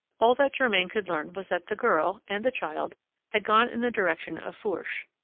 all that germain could learn was that the girl and the child had gone in the direction of fourche.